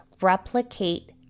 replicate